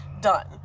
Done